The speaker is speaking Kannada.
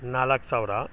ನಾಲ್ಕು ಸಾವಿರ